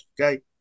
okay